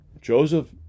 Joseph